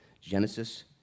Genesis